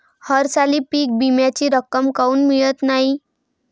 हरसाली पीक विम्याची रक्कम काऊन मियत नाई?